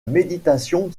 méditation